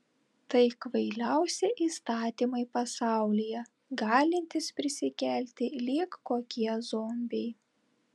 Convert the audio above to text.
tai kvailiausi įstatymai pasaulyje galintys prisikelti lyg kokie zombiai